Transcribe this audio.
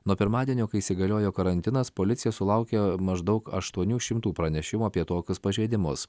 nuo pirmadienio kai įsigaliojo karantinas policija sulaukė maždaug aštuonių šimtų pranešimų apie tokius pažeidimus